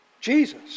Jesus